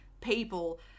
people